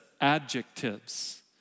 adjectives